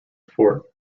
fort